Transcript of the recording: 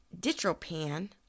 Ditropan